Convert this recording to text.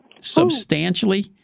substantially